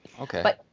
Okay